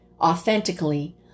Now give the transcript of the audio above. authentically